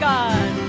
God